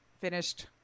finished